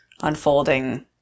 unfolding